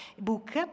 book